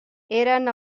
eren